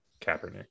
Kaepernick